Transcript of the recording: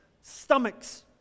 stomachs